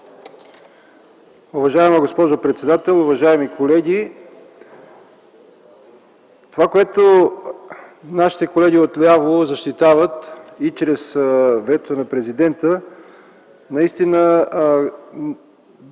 Уважаема госпожо председател, уважаеми колеги! Това, което нашите колеги от ляво защитават и чрез вота на президента, наистина